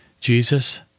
Jesus